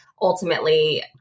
ultimately